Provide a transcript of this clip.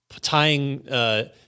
tying